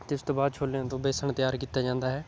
ਅਤੇ ਇਸ ਤੋਂ ਬਾਅਦ ਛੋਲਿਆਂ ਤੋਂ ਬੇਸਣ ਤਿਆਰ ਕੀਤਾ ਜਾਂਦਾ ਹੈ